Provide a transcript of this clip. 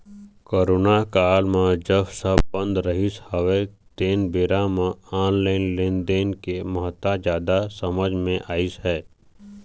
corona काल म जब सब बंद रहिस हवय तेन बेरा म ऑनलाइन लेनदेन के महत्ता जादा समझ मे अइस हे